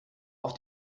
auf